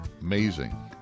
amazing